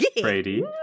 Brady